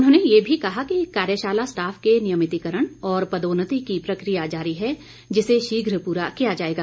उन्होंने ये भी कहा कि कार्यशाला स्टाफ के नियमितीकरण और पदोन्नति की प्रकिया जारी है जिसे शीघ्र पूरा किया जाएगा